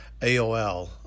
AOL